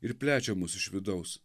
ir plečia mus iš vidaus